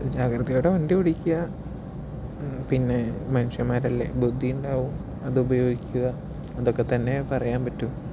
ജാഗ്രതയോടെ വണ്ടിയോടിക്കുക പിന്നെ മനുഷ്യൻമാരല്ലേ ബുദ്ധിയുണ്ടാകും അത് ഉപയോഗിക്കുക അതൊക്കെ തന്നെ പറയാൻ പറ്റു